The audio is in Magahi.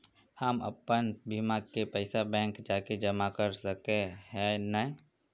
हम अपन बीमा के पैसा बैंक जाके जमा कर सके है नय?